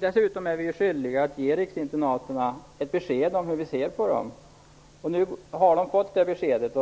Dessutom är vi ju skyldiga att ge riksinternaten ett besked om hur vi ser på dem. Nu har de fått det beskedet.